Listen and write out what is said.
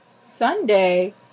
Sunday